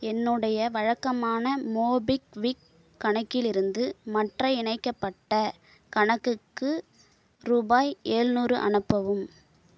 என்னுடைய வழக்கமான மோபிக்விக் கணக்கிலிருந்து மற்ற இணைக்கப்பட்ட கணக்குக்கு ரூபாய் ஏழ்நூறு அனுப்பவும்